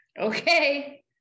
Okay